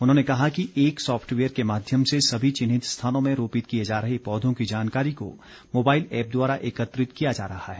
उन्होंने कहा कि एक सॉफ़टवेयर के माध्यम से सभी चिन्हित स्थानों में रोपित किए जा रहे पौधों की जानकारी को मोबाईल ऐप द्वारा एकत्रित किया जा रहा है